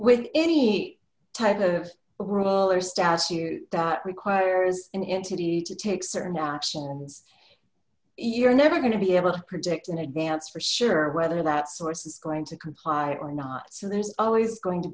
with any type of rule or statute that requires an entity to take certain actions you're never going to be able to predict in advance for sure whether that source is going to comply or not so there's always going to